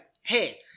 hey